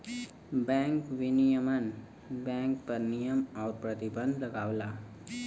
bank विनियमन bank पर नियम आउर प्रतिबंध लगावला